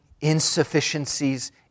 insufficiencies